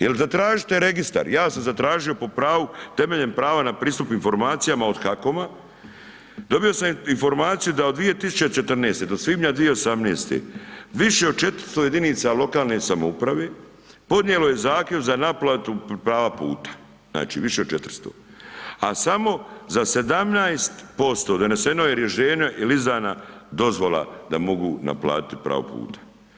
Jel zatražite registar, ja sam zatražio po pravu, temeljem prava na pristup informacijama od HAKOM-a, dobio sam informaciju da od 2014. do svibnja 2018. više od 400 jedinica lokalne samouprave podnijelo je zahtjev za naplatu prava puta, znači više od 400, a za samo 17% doneseno je rješenje il izdana dozvola da mogu naplatiti pravo puta.